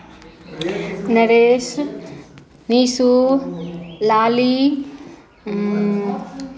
Naresh Nishu Lali